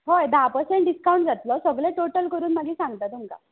हय धा पसण डिसकावण जातलो सगलें टोटल करून मागीर सांगता तुमकां